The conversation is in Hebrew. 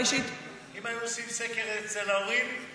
אם היו עושים סקר אצל ההורים,